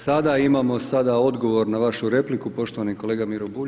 Sada imamo sada odgovor na vašu repliku poštovani kolega Miro Bulj.